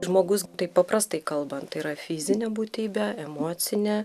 žmogus taip paprastai kalbant tai yra fizinė būtybė emocinė